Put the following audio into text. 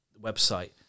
website